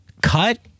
cut